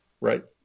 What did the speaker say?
right